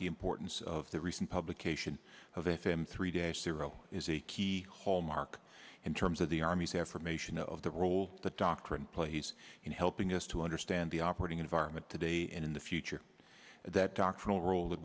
the importance of the recent publication of f m three day ciro is a key hallmark in terms of the army's affirmation of the role the doctrine plays in helping us to understand the operating environment today and in the future that doctrinal role that